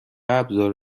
ابزار